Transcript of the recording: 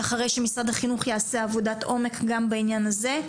אחרי שמשרד החינוך יעשה עבודת עומק גם בעניין הזה.